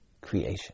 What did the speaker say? creation